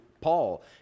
Paul